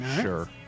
Sure